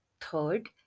third